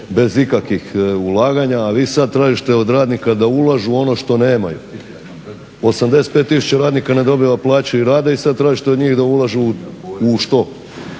bez ikakvih ulaganja, a vi sad tražite od radnika da ulažu ono što nemaju. 85 tisuća radnika ne dobiva plaće i rade i sad tražite od njih da ulažu u što?